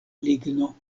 ligno